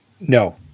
no